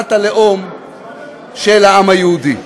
כמדינת הלאום של העם היהודי?